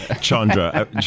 chandra